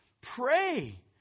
Pray